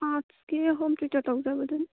ꯑꯥꯔꯠꯁꯀꯤ ꯍꯣꯝ ꯇ꯭ꯋꯤꯇꯔ ꯇꯧꯖꯕꯗꯨꯅꯤ